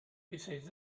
besides